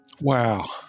Wow